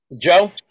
Joe